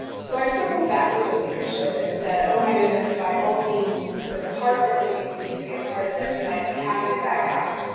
so, i circled back with the leadership and said oh my goodness, by all means, the department leads need to be a part of this and i'd be happy to back out.